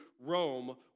Rome